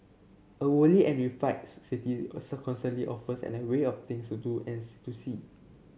a worldly and refined city constantly offers an array of things to do and to see